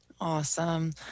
Awesome